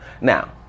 Now